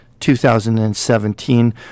2017